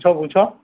પૂછો પૂછો